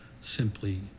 simply